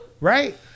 right